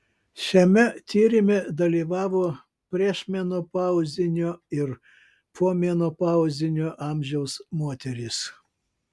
šiame tyrime dalyvavo priešmenopauzinio ir pomenopauzinio amžiaus moterys